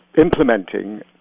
implementing